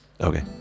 okay